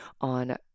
on